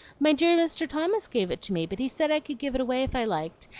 my dear mr. thomas gave it to me but he said i could give it away if i liked,